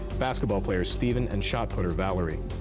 basketball player steven and shot putter valerie.